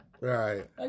Right